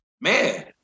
man